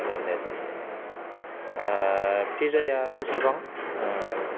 दे दे दे दे पिजा या बेसेबां